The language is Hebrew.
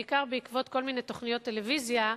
בעיקר בעקבות כל מיני תוכניות טלוויזיה,